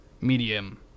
medium